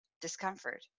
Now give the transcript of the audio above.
discomfort